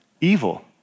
evil